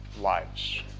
lives